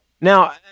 Now